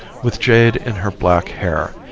with jade in her black hair,